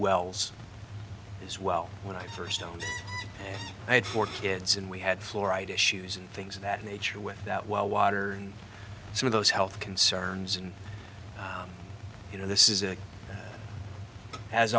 wells as well when i first opened i had four kids and we had fluoride issues and things of that nature with that well water and some of those health concerns and you know this is